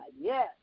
yes